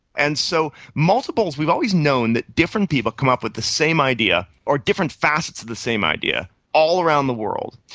and so multiples. we've always known that different people come up with the same idea or different facets of the same idea all around the world,